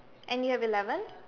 and you have eleven